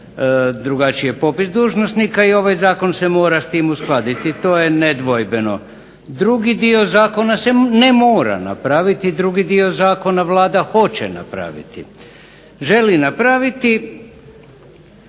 drugačiji je popis dužnosnika i ovaj zakon se mora s tim uskladiti. To je nedvojbeno. Drugi dio zakona se ne mora napraviti, drugi dio zakona Vlada hoće napraviti, želi napraviti